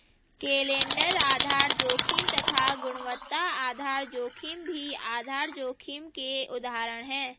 calendar आधार जोखिम तथा गुणवत्ता आधार जोखिम भी आधार जोखिम के उदाहरण है